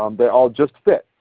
um they all just fit.